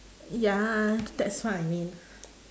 ya that's what I mean